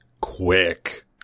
quick